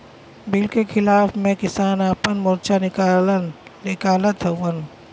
bill के खिलाफ़ में किसान आपन मोर्चा निकालत हउवन